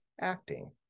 acting